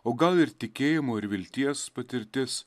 o gal ir tikėjimo ir vilties patirtis